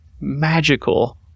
magical